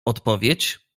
odpowiedź